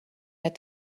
had